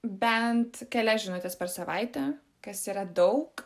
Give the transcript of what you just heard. bent kelias žinutes per savaitę kas yra daug